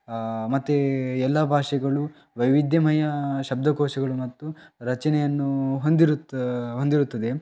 ಮತ್ತು ಎಲ್ಲ ಭಾಷೆಗಳು ವೈವಿಧ್ಯಮಯ ಶಬ್ಧಕೋಶಗಳು ಮತ್ತು ರಚನೆಯನ್ನು ಹೊಂದಿರುತ್ತ ಹೊಂದಿರುತ್ತದೆ